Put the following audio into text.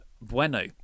Bueno